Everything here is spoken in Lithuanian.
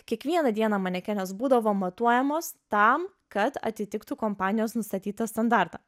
kiekvieną dieną manekenės būdavo matuojamos tam kad atitiktų kompanijos nustatytą standartą